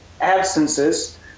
absences